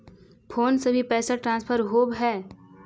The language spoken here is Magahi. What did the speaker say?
फोन से भी पैसा ट्रांसफर होवहै?